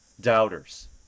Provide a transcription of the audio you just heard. doubters